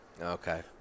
Okay